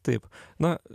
taip na